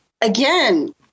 again